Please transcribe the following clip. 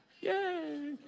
Yay